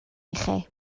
ichi